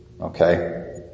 Okay